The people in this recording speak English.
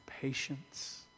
patience